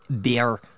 beer